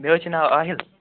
مےٚ حظ چھُ ناو آہِل